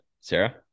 Sarah